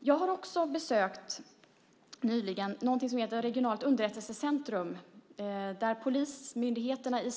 Jag har också nyligen besökt något som heter Regionalt underrättelsecentrum. Där samverkar polismyndigheterna i